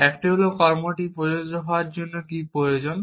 একটি হল কর্মটি প্রযোজ্য হওয়ার জন্য কী প্রয়োজন